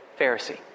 Pharisee